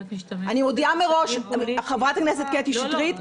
אם את משתמשת --- פוליטי חברת הכנסת קטי שטרית,